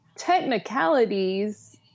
technicalities